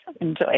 Enjoy